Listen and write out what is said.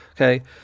Okay